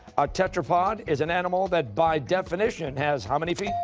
a tetrapod is an animal that by definition has how many feet?